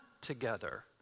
together